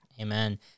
Amen